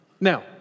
Now